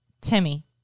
Timmy